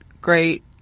great